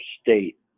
state